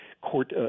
court